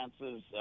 chances